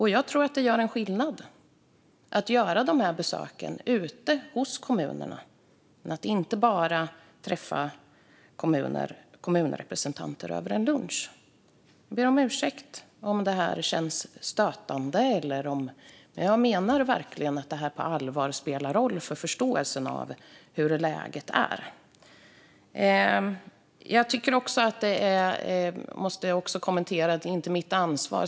Jag tror att det gör skillnad att göra dessa besök ute hos kommunerna och inte bara träffa kommunrepresentanter över en lunch. Jag ber om ursäkt om det känns stötande, men jag menar verkligen att det på allvar spelar roll för förståelsen för läget. Jag måste också kommentera detta att det inte är statsrådets ansvar.